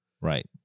Right